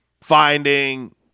finding